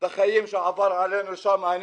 את החיים שעבר עלינו שם.